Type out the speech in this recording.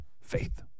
Faith